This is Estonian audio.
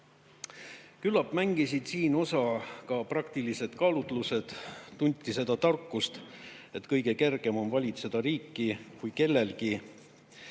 Küllap mängisid siin osa ka praktilised kaalutlused. Tunti seda tarkust, et kõige kergem on valitseda riiki, kui kellelgi,